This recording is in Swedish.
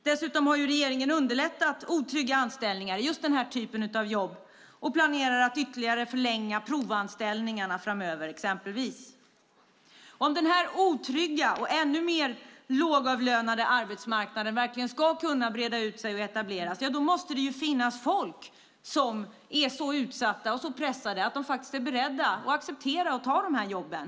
Dessutom har regeringen underlättat otrygga anställningar i just den här typen av jobb och planerar att ytterligare förlänga provanställningarna framöver exempelvis. Om den här otrygga och ännu mer lågavlönade arbetsmarknaden verkligen ska kunna breda ut sig och etableras måste det finnas folk som är så utsatta och så pressade att de faktiskt är beredda att acceptera och ta de här jobben.